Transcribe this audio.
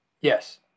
Yes